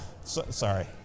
Sorry